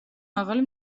მაღალი